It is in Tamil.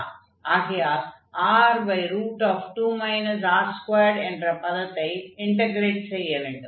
ஆகையால் r2 r2 என்ற பதத்தை இன்டக்ரேட் செய்ய வேண்டும்